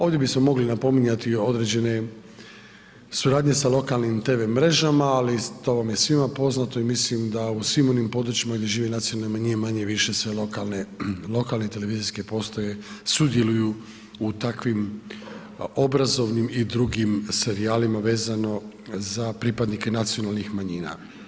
Ovdje bismo mogli napominjati određene suradnje sa lokalnim TV mrežama ali to vam je svima poznato i mislim da u svim onim područjima gdje žive nacionalne manjine manje-više sve lokalne, lokalne televizijske postaje sudjeluju u takvim obrazovnim i drugim serijalima vezano za pripadnike nacionalnih manjina.